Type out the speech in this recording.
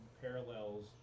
parallels